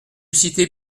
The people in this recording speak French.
cité